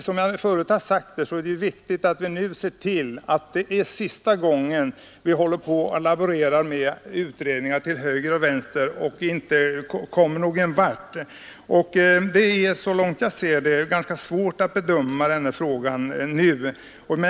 Som jag förut sagt är det viktigt att se till att vi nu för sista gången laborerar med utredningar till höger och vänster utan att komma någon vart. Så långt jag kan se saken är det svårt att nu bedöma denna fråga.